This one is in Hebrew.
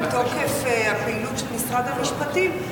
מתוקף הפעילות של משרד המשפטים,